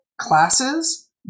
classes